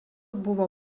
buvo